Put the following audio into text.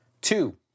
Two